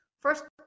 first